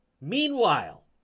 Meanwhile